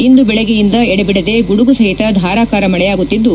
ಇಂದು ವೆಳಗ್ಗೆನಿಂದ ಎಡಬಿಡದೇ ಗುಡುಗು ಸಹಿತ ಧಾರಕಾರ ಮಳೆಯಾಗುತ್ತಿದ್ದು